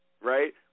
right